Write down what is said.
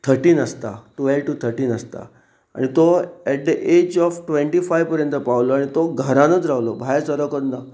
thirteen आसता twelve to thirteen आसता आनी तो at the age of twenty five पर्यंत पावलो आनी तो घरानूच रावलो भायर सरूंकच ना